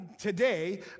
today